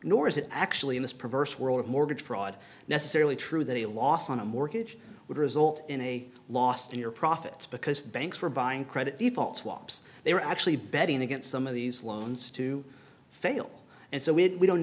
nor is it actually in this perverse world of mortgage fraud necessarily true that a loss on a mortgage would result in a loss to your profits because banks were buying credit default swaps they were actually betting against some of these loans to fail and so we don't